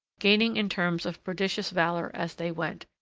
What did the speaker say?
gaining in terms of prodigious valour as they went.